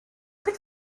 but